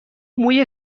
موی